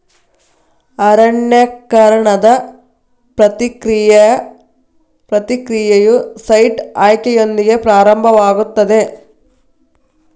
ಅರಣ್ಯೇಕರಣದ ಪ್ರಕ್ರಿಯೆಯು ಸೈಟ್ ಆಯ್ಕೆಯೊಂದಿಗೆ ಪ್ರಾರಂಭವಾಗುತ್ತದೆ